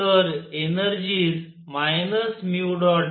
तर एनर्जीज